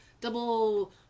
double